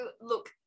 look